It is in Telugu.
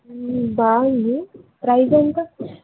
బాగుంది ప్రైస్ ఎంత